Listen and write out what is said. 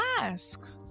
ask